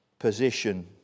position